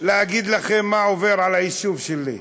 להגיד לכם מה עובר על היישוב שלי,